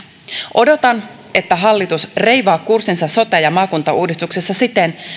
odotan että hallitus reivaa kurssinsa sote ja maakuntauudistuksessa siten